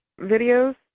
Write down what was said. videos